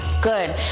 Good